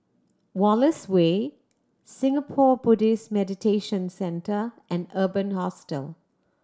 Wallace Way Singapore Buddhist Meditation Centre and Urban Hostel